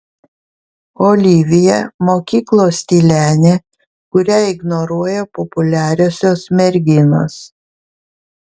olivija mokyklos tylenė kurią ignoruoja populiariosios merginos